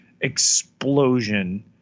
explosion